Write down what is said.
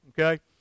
okay